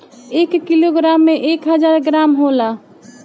एक किलोग्राम में एक हजार ग्राम होला